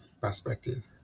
perspective